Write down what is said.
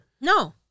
No